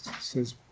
says